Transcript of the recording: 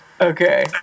Okay